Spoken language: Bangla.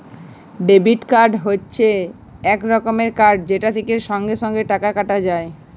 ডেবিট কার্ড হচ্যে এক রকমের কার্ড যেটা থেক্যে সঙ্গে সঙ্গে টাকা কাটা যায়